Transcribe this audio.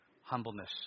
Humbleness